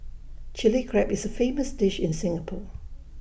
Chilli Crab is A famous dish in Singapore